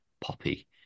Poppy